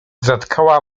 zatkała